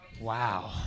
Wow